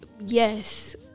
yes